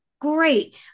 Great